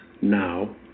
now